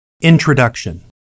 Introduction